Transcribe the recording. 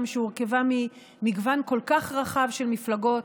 שהורכבה ממגוון כל כך רחב של מפלגות,